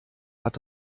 hat